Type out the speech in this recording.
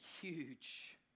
huge